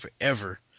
forever